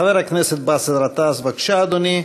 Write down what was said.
חבר הכנסת באסל גטאס, בבקשה, אדוני.